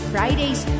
Fridays